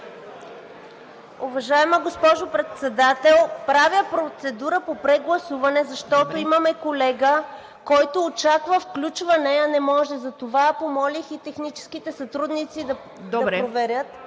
Уважаема госпожо Председател! Правя процедура по прегласуване, защото имаме колега, който очаква включване, а не може. Затова помолих и техническите сътрудници да проверят.